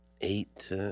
Eight